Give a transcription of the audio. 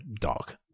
dog